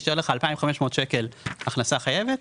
יישאר לך 2,500 ₪ הכנסה חייבת,